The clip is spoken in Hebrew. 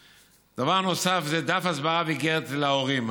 2. דף הסברה ואיגרת להורים.